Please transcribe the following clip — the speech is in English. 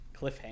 Cliffhanger